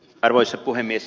arvoisa puhemies